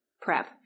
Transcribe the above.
prep